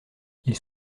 ils